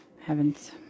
Heavens